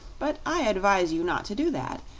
but i advise you not to do that.